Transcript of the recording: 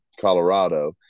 Colorado